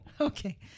Okay